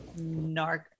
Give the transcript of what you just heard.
narc